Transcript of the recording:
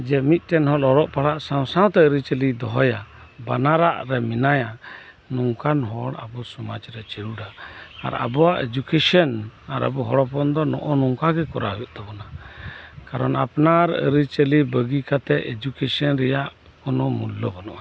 ᱡᱮ ᱢᱤᱫᱴᱮᱱ ᱦᱚᱲ ᱚᱞᱚᱜ ᱯᱟᱲᱦᱟᱜ ᱥᱟᱶ ᱥᱟᱶᱛᱮ ᱟᱹᱨᱤ ᱪᱟᱹᱞᱤᱭ ᱫᱚᱦᱚᱭᱟ ᱵᱟᱱᱟᱨᱟᱜ ᱨᱮ ᱢᱮᱱᱟᱭᱟ ᱱᱚᱝᱠᱟᱱ ᱦᱚᱲ ᱟᱵᱩ ᱥᱚᱢᱟᱡᱽ ᱨᱮ ᱡᱟᱹᱲᱩᱲᱟ ᱟᱨ ᱟᱵᱩᱣᱟᱜ ᱮᱰᱩᱠᱮᱥᱚᱱ ᱟᱨ ᱟᱵᱩ ᱦᱚᱲ ᱦᱚᱯᱚᱱ ᱫᱚ ᱱᱚᱜᱚᱭ ᱱᱚᱝᱠᱟᱜᱤ ᱠᱚᱨᱟᱣ ᱦᱩᱭᱩᱜ ᱛᱟᱵᱩᱱᱟ ᱠᱟᱨᱚᱱ ᱟᱯᱱᱟᱨ ᱟᱹᱨᱤ ᱪᱟᱹᱞᱤ ᱵᱟᱹᱜᱤ ᱠᱟᱛᱮᱜ ᱮᱰᱩᱠᱮᱥᱮᱱ ᱨᱮᱭᱟᱜ ᱠᱚᱱᱚ ᱢᱩᱞᱞᱚ ᱵᱟᱹᱱᱩᱜᱼᱟ